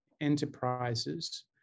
enterprises